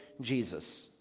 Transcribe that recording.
Jesus